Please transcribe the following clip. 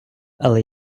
але